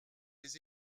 les